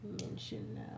mentioned